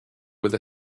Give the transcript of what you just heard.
with